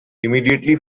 immediately